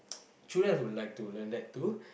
children would like to learn that too